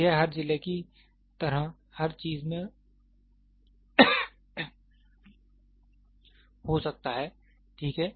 तो यह हर जिले की तरह हर चीज में हो सकता है ठीक है